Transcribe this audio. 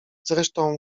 zresztą